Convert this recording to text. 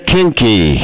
kinky